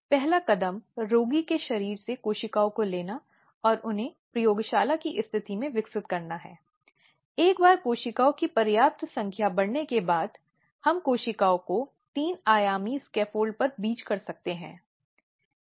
और इसलिए यौन उत्पीड़न के कार्य के संबंध में पीड़ित से बार बार पूछने के लिए और यौन उत्पीड़न के चित्रमय विवरण के संदर्भ में इसे सभी विवरणों के साथ चित्रित करने पर जोर देना और यह कुछ ऐसा है जिसे अनुमति नहीं दी जानी चाहिए